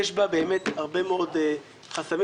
יש בה באמת הרבה מאוד חסמים.